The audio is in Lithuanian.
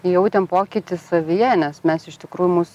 jautėm pokytį savyje nes mes iš tikrųjų mus